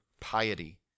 piety